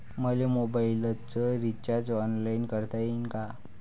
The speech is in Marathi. मले मोबाईलच रिचार्ज ऑनलाईन करता येईन का?